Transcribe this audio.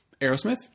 Aerosmith